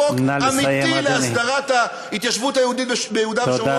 חוק אמיתי להסדרת ההתיישבות ביהודה ושומרון,